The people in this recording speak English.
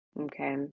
Okay